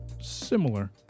Similar